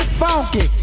funky